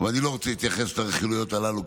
ואני לא רוצה להתייחס לרכילויות הללו,